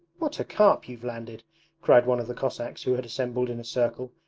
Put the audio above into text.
what a carp you've landed cried one of the cossacks who had assembled in a circle,